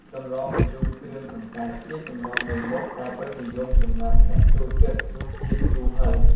សម្លម្ជូគ្រឿងកង្កែប ជាសម្លមួយមុខដែលពេញនិយមសម្រាប់អ្នកចូលចិត្តរសជាតិជូរហឹរ។